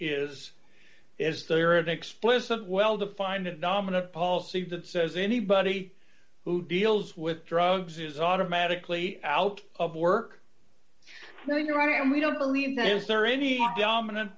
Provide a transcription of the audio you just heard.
is is there an explicit well defined and dominant policy that says anybody who deals with drugs is automatically out of work then you're right and we don't believe that is there any dominant